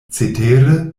cetere